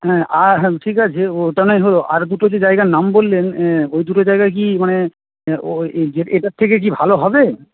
হ্যাঁ আর হ্যাঁ ঠিক আছে ওটা না হয় হল আর দুটো যে জায়গার নাম বললেন ওই দুটো জায়গায় কি মানে ও এটার থেকে কি ভালো হবে